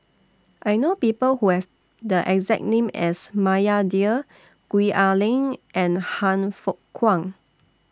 I know People Who Have The exact name as Maria Dyer Gwee Ah Leng and Han Fook Kwang